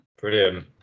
Brilliant